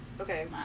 Okay